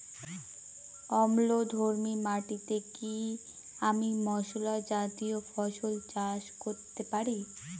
অম্লধর্মী মাটিতে কি আমি মশলা জাতীয় ফসল চাষ করতে পারি?